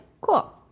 cool